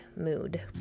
mood